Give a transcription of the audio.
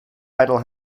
idle